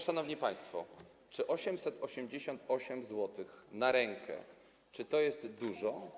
Szanowni państwo, czy 888 zł na rękę to jest dużo?